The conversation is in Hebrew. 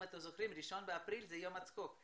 אם אתם זוכרים, 1 באפריל זה יום הצחוק.